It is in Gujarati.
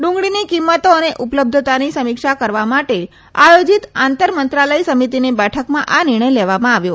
ડુંગળીની કિંમતો અને ઉપલબ્ધતાની સમીક્ષા કરવા માટે આયોજીત આંતર મંત્રાલય સમિતિની બેઠકમાં આ નિર્ણથ લેવમાં આવ્યો